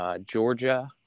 Georgia